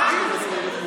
ההפגנות מפריעות לך, מה?